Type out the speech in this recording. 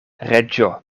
reĝo